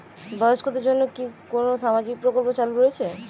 বয়স্কদের জন্য কি কোন সামাজিক প্রকল্প চালু রয়েছে?